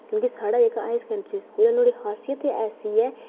क्योंकि साढ़ै इक हाई सकैंडरी स्कूल ऐ नुहाड़ी खासियत गै ऐसी ऐ